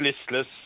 listless